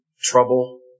trouble